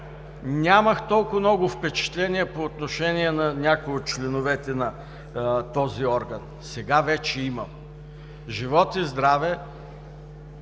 нямах толкова много впечатления по отношение на някои от членовете от този орган. Сега вече имам. Живот и здраве,